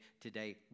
today